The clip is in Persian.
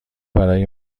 برای